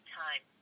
time